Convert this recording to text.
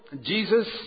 Jesus